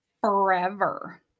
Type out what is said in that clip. forever